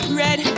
red